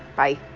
bye